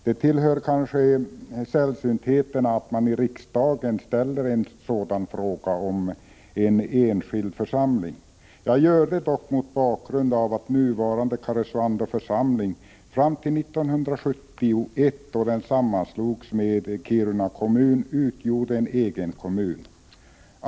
Det tillhör kanske sällsyntheterna att man ställer en fråga om en enskild församling. Jag gör det dock mot bakgrund av att Karesuando församling fram till 1971, då den sammanslogs med Kiruna kommun, utgjorde en egen kommun.